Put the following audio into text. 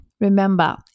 Remember